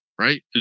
right